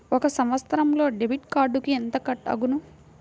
ఒక సంవత్సరంలో డెబిట్ కార్డుకు ఎంత కట్ అగును?